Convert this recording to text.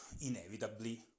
inevitably